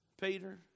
Peter